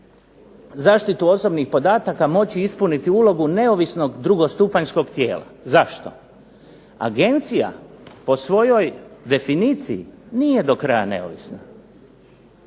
zaštitu osobnih podataka moći ispuniti ulogu neovisnog drugostupanjskog tijela zašto? Agencija po svojoj definiciji nije do kraja neovisna.